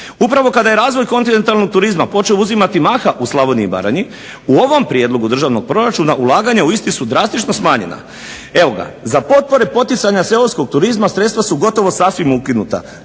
Upravo kada je razvoj kontinentalnog turizma počeo uzimati maha u Slavoniji i Baranji u ovom prijedlogu državnog proračuna ulaganja u isti su drastično smanjena. Evo ga, za potpore poticanja seoskog turizma sredstva su gotovo sasvim ukinuta